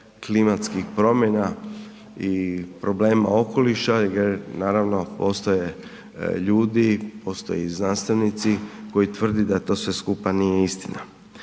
klimatskih promjena i problema okoliša jer naravno postoje ljudi, postoje i znanstvenici koji tvrdi da sve to skupa nije istina.